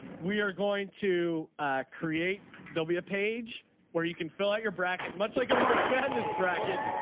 we are going to create. there'll be a page where you can fill out your bracket much like a march madness bracket.